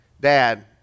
Dad